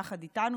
יחד איתנו,